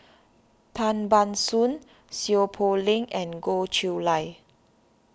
Tan Ban Soon Seow Poh Leng and Goh Chiew Lye